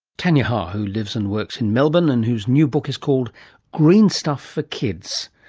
tanya ha, who lives and works in melbourne and whose new book is called green stuff for kids.